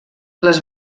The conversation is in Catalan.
les